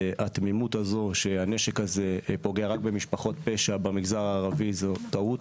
התמימות הזו שהנשק הזה פוגע רק במשפחות פשע במגזר הערבי זו טעות,